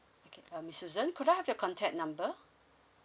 okay um miss Susan could I have your contact number